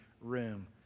room